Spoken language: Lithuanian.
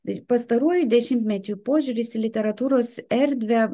bet pastaruoju dešimtmečiu požiūris į literatūros erdvę